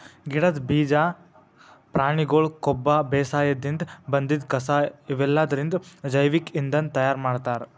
ಗಿಡದ್ ಬೀಜಾ ಪ್ರಾಣಿಗೊಳ್ ಕೊಬ್ಬ ಬೇಸಾಯದಿನ್ದ್ ಬಂದಿದ್ ಕಸಾ ಇವೆಲ್ಲದ್ರಿಂದ್ ಜೈವಿಕ್ ಇಂಧನ್ ತಯಾರ್ ಮಾಡ್ತಾರ್